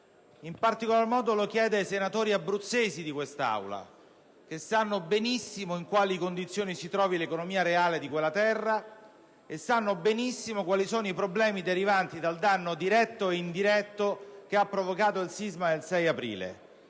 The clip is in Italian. In particolar modo lo chiede ai senatori abruzzesi di questa Assemblea, che sanno benissimo in quali condizioni si trovi l'economia reale di quella terra e conoscono benissimo i problemi derivanti dal danno diretto ed indiretto provocato dal sisma del 6 aprile